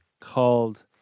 Called